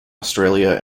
australia